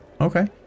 Okay